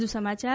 વધુ સમાચાર